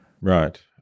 Right